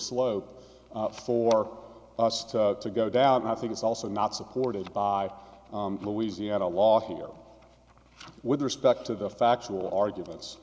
slope for us to to go down i think it's also not supported by louisiana law here with respect to the factual arguments